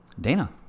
Dana